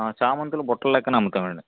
ఆ చామంతులు బుట్టల్లెక్కన అమ్ముతామండి